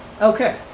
Okay